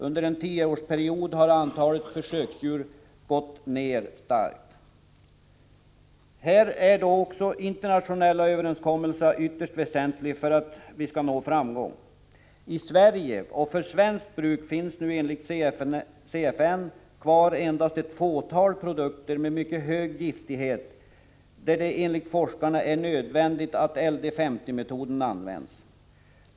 Under en tioårsperiod har antalet försöksdjur minskat starkt. Här är också internationella överenskommelser ytterst väsentliga för att vi skall nå framgång. I Sverige och för svenskt bruk finns nu enligt CFN kvar endast ett fåtal produkter med mycket hög giftighet, där det enligt forskarna är nödvändigt att LD 50-metoden används.